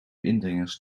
indringers